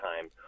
time